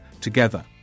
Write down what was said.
together